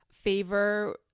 favor